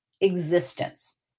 existence